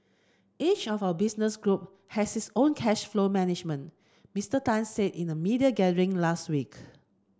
each of our business group has its own cash flow management Mister Tan said in a media gathering last week